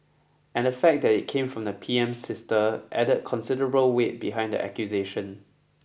and the fact that it came from P M's sister added considerable weight behind the accusation